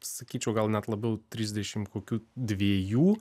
sakyčiau gal net labiau trisdešim kokių dviejų